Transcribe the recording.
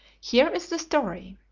here is the story.